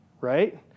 right